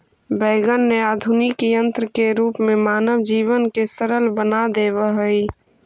wagon ने आधुनिक यन्त्र के रूप में मानव जीवन के सरल बना देवऽ हई